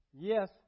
Yes